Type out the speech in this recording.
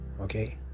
okay